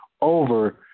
over